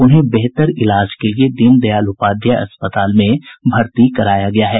उन्हें बेहतर इलाज के लिये दीनदयाल उपाध्याय अस्पताल में भर्ती कराया गया है